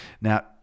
now